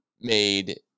made